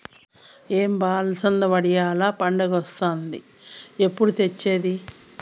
ఏం బా అలసంద వడియాల్ల పండగొస్తాంది ఎప్పుడు తెచ్చేది